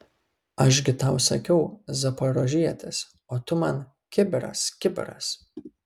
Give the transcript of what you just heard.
aš gi tau sakiau zaporožietis o tu man kibiras kibiras